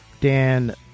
Dan